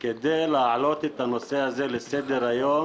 כדי להעלות את הנושא הזה לסדר היום,